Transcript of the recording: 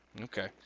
Okay